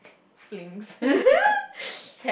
flings